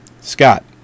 Scott